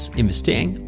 investering